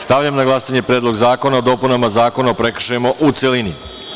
Stavljam na glasanje Predlog zakona o dopunama Zakona o prekršajima, u celini.